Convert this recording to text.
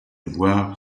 voir